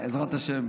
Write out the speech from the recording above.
בעזרת השם,